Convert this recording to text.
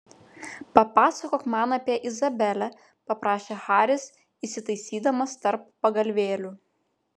papasakok man apie izabelę paprašė haris įsitaisydamas tarp pagalvėlių